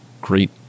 great